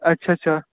ਅੱਛਾ ਅੱਛਾ